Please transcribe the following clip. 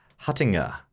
Huttinger